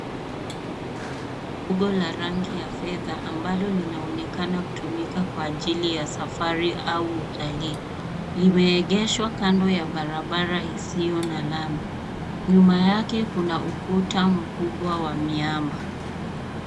Gari dogo la rangi ya fedha, ambalo linaonekana kutumika kwa ajili ya usafiri au utalii. Limeegeshwa kando ya barabara isiyo na lami. Nyuma yake kuna ukuta mkubwa wa mamba.